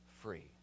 free